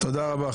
תודה רבה.